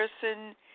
person